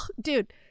Dude